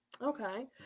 Okay